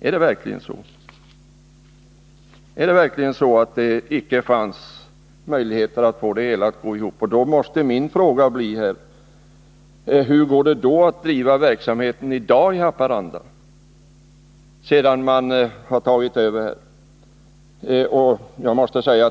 Var det verkligen så? Var det verkligen så att det icke fanns möjligheter att få det hela att gå ihop? I så fall måste min nästa fråga bli: Hur går det att i dag driva verksamhet i Haparanda sedan man har tagit över?